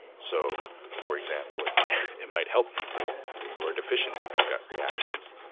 so for example, it might it might help people who are deficient in their gut reactions,